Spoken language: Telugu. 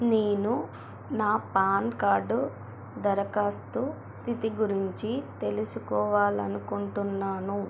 నేను నా పాన్ కార్డు దరఖాస్తు స్థితి గురించి తెలుసుకోవాలి అనుకుంటున్నాను